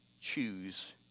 Choose